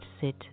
sit